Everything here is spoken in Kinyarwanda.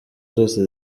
zose